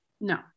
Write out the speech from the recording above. No